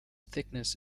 thickness